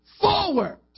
forward